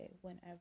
whenever